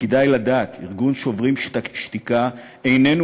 כדאי לדעת: ארגון "שוברים שתיקה" איננו